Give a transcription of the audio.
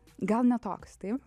gal ne toks taip